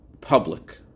public